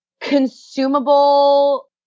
consumable